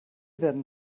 werden